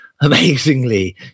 Amazingly